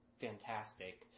fantastic